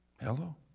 Hello